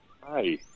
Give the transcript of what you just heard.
Hi